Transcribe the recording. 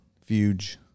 fuge